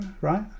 right